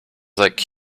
like